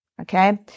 Okay